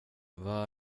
vad